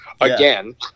again